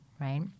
right